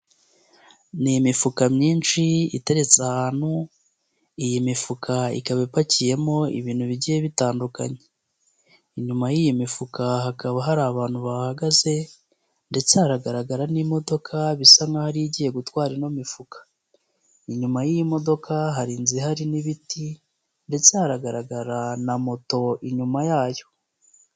Ni imifuka myinshi iteretse ahantu, iyi mifuka ikaba ipakiyemo ibintu bigiye bitandukanye, inyuma y'iyi mifuka hakaba hari abantu bahagaze ndetse haragaragara n'imodoka bisa nk'aho ari yo igiye gutwara ino mifuka, inyuma y'imodoka hari inzu ihari n'ibiti ndetse haragaragara na moto inyuma yayo.